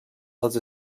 als